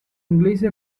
inglese